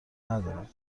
ندارم